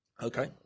Okay